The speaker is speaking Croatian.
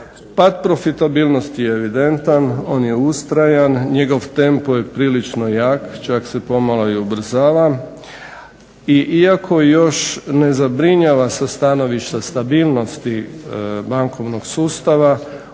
Pad profitabilnosti je evidentan, on je ustrajan, njegov tempo je prilično jak. Čak se pomalo ubrzava i iako još ne zabrinjava sa stanovišta stabilnosti bankovnog sustava